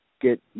get